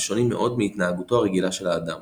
ושונים מאוד מהתנהגותו הרגילה של האדם